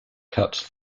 cut